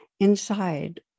inside